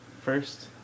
first